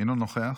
אינו נוכח,